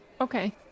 Okay